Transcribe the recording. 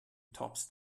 tops